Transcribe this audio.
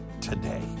today